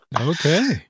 Okay